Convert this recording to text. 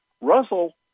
Russell